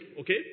okay